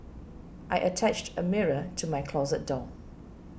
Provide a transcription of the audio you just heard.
I attached a mirror to my closet door